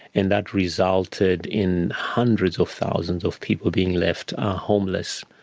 and that resulted in hundreds of thousands of people being left homeless,